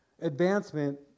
advancement